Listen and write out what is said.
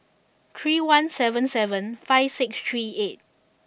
three one seven seven five six three eight